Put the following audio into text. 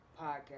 podcast